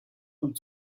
und